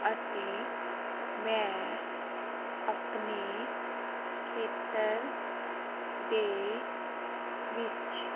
ਅਤੇ ਮੈਂ ਆਪਣੇ ਖੇਤਰ ਦੇ ਵਿੱਚ